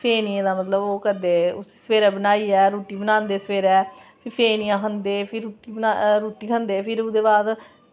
फेमियें दा मतलब ओह् करदे सबेरै बनाइयै रुट्टी बनांदे सबेरै फेमियां खंदे फिर रुट्टी खंदे फिर ओह्दे बाद